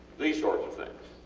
these sorts of things.